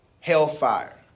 hellfire